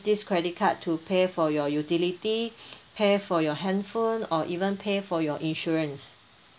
this credit card to pay for your utility pay for your handphone or even pay for your insurance